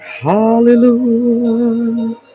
Hallelujah